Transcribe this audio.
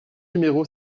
numéro